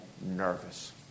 nervous